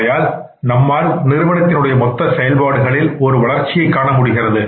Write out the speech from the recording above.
ஆகையால் நம்மால் நிறுவனத்தின் உடைய மொத்த செயல்பாடுகளில் ஒரு வளர்ச்சியை காண முடிகிறது